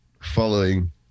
following